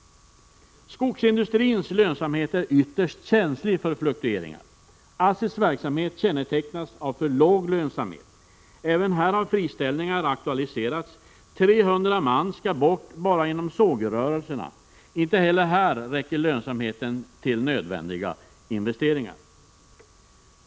Skogsindustrins lönsamhet är ytterst känslig för fluktueringar. ASSI:s verksamhet kännetecknas av för låg lönsamhet. Även här har friställningar aktualiserats. 300 man skall bort inom sågrörelserna. Inte heller här räcker lönsamheten till nödvändiga investeringar.